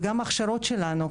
וגם ההכשרות שלנו,